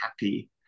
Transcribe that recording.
happy